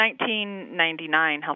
1999